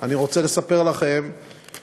על כך אני רוצה לספר לכם שבערך